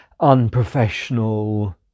unprofessional